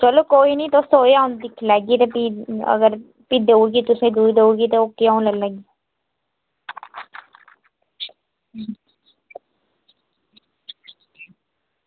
ते चलो कोई नी तुस आयो अंऊ दिक्खी लैगी ते भी अगर तुस देई ओड़गे जां नेईं देई ओड़गे ओह् क्या मतलब